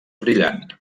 brillant